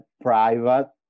private